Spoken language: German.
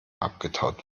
abgetaut